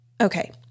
Okay